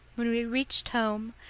when we reached home,